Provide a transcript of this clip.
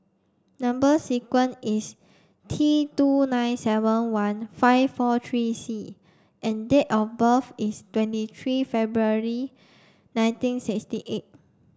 number sequence is T two nine seven one five four three C and date of birth is twenty three February nineteen sixty eight